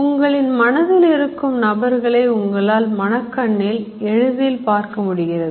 உங்களின் மனதில் இருக்கும் நபர்களை உங்களால் மனக்கண்ணில் எளிதில் பார்க்க முடிகிறது